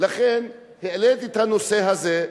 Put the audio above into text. לכן העליתי את הנושא הזה,